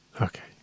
Okay